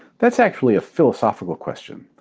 that's actually a philosophical question.